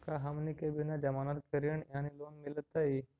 का हमनी के बिना जमानत के ऋण यानी लोन मिलतई?